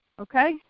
Okay